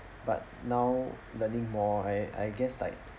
but now learning more I I guess like